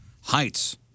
heights